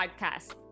podcast